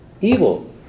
evil